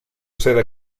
sede